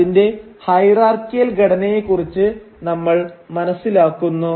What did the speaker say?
അതിന്റെ ഹൈറാർക്കിയൽ ഘടനയെക്കുറിച്ച് നമ്മൾ മനസ്സിലാക്കുന്നു